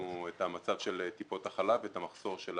את המצב של טיפות החלב ואת המחסור של